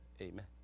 amen